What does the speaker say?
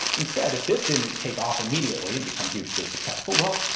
instead if this didn't take off immediately and become hugely successful, well,